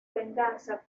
venganza